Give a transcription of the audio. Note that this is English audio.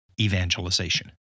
evangelization